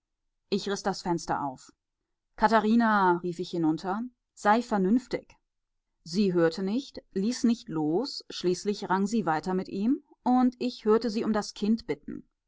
ich riß das fenster auf katharina rief ich hinunter sei vernünftig sie hörte nicht ließ nicht los schließlich rang sie weiter mit ihm und ich hörte sie um das kind bitten